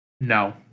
No